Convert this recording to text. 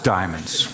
Diamonds